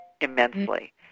immensely